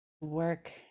work